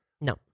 No